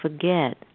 forget